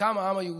קם העם היהודי,